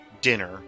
dinner